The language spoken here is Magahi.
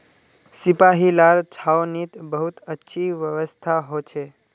सिपाहि लार छावनीत बहुत अच्छी व्यवस्था हो छे